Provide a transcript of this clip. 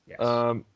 Yes